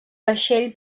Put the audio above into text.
vaixell